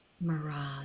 Mirage